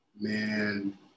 Man